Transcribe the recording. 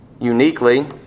uniquely